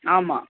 ஆமாம்